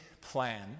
plan